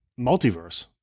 multiverse